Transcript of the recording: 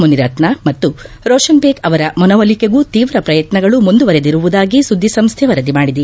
ಮುನಿರತ್ನ ಮತ್ತು ರೋಷನ್ಬೇಗ್ ಅವರ ಮನವೊಲಿಕೆಗೂ ತೀವ್ರ ಪ್ರಯತ್ನಗಳು ಮುಂದುವರೆದಿರುವುದಾಗಿ ಸುದ್ದಿಸಂಸ್ಥೆ ವರದಿ ಮಾಡಿದೆ